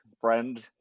friend